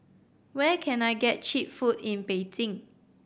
where can I get cheap food in Beijing